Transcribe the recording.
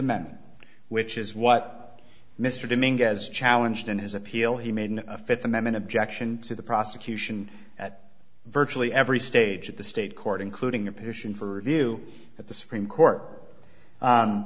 amendment which is what mr domingo has challenged in his appeal he made a fifth amendment objection to the prosecution at virtually every stage of the state court including a petition for review at the supreme court